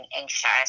anxious